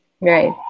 Right